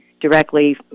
directly